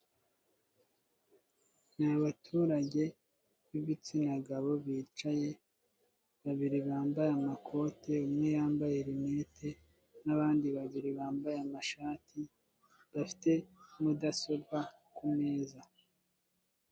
Ni abaturage b'ibitsina gabo, bicaye, babiri bambaye amakote, umwe yambaye rinete, n'abandi babiri bambaye amashati, bafite mudasobwa ku meza.